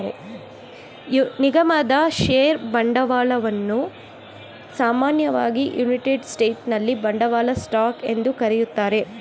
ನಿಗಮದ ಷೇರು ಬಂಡವಾಳವನ್ನ ಸಾಮಾನ್ಯವಾಗಿ ಯುನೈಟೆಡ್ ಸ್ಟೇಟ್ಸ್ನಲ್ಲಿ ಬಂಡವಾಳ ಸ್ಟಾಕ್ ಎಂದು ಕರೆಯುತ್ತಾರೆ